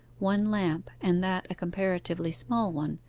one lamp, and that a comparatively small one,